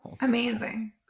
Amazing